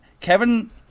Kevin